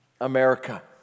America